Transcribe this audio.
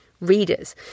readers